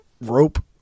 rope